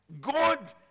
God